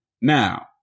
Now